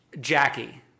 Jackie